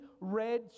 red